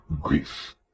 grief